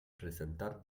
presentar